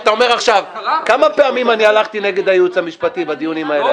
אתה אומר "עכשיו" כמה פעמים הלכתי נגד הייעוץ המשפטי בדיונים האלה?